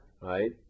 right